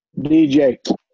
DJ